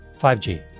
5G